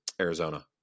Arizona